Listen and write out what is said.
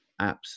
apps